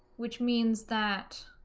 which means that